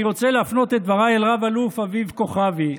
אני רוצה להפנות את דבריי אל רב-אלוף אביב כוכבי.